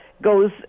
goes